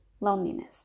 loneliness